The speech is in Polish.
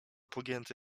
pogięty